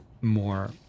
more